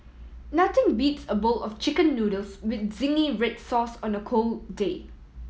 nothing beats a bowl of Chicken Noodles with zingy red sauce on a cold day